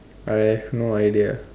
I have no idea